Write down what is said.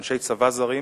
אנשי צבא זרים,